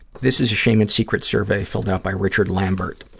this is a shame and secrets survey filled out by richard lambert.